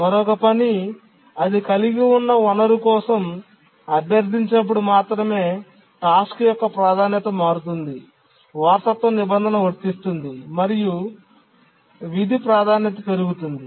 మరొక పని అది కలిగి ఉన్న వనరు కోసం అభ్యర్థించినప్పుడు మాత్రమే టాస్క్ యొక్క ప్రాధాన్యత మారుతుంది వారసత్వ నిబంధన వర్తిస్తుంది మరియు విధి ప్రాధాన్యత పెరుగుతుంది